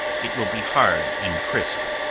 it will be hard and crisp,